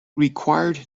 required